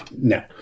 No